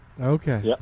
Okay